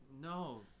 No